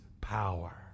power